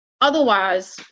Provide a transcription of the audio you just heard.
otherwise